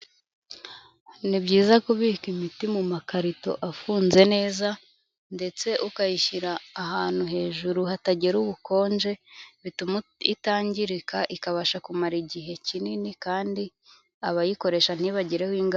Ni byiza kubika imiti mu makarito afunze neza, ndetse ukayishyira ahantu hejuru hatagera ubukonje, bituma itangirika ikabasha kumara igihe kinini, kandi abayikoresha ntibagireho ingaruka.